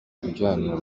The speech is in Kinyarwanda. ujyanwa